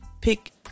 pick